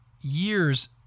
years